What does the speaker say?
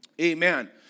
Amen